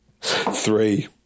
Three